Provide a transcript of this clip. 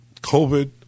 COVID